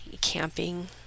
camping